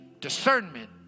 Discernment